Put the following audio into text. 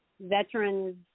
veterans